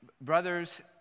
brothers